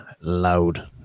loud